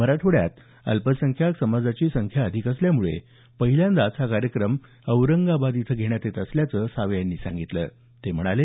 मराठवाड्यात अल्पसंख्याक समाजाची संख्या अधिक असल्यामुळे पहिल्यांदाच हा कार्यक्रम औरंगाबाद इथं घेण्यात येत असल्याचं सावे यांनी सांगितलं ते म्हणाले